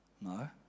No